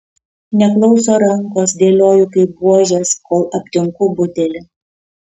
neklauso rankos dėlioju kaip buožes kol aptinku butelį